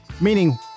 meaning